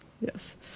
yes